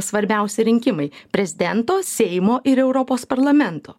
svarbiausi rinkimai prezidento seimo ir europos parlamento